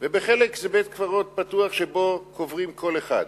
ובחלק זה בית-קברות פתוח שבו קוברים כל אחד,